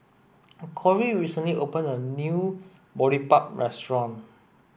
Kory recently opened a new Boribap restaurant